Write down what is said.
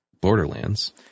Borderlands